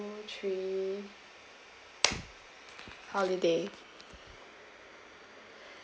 and three holiday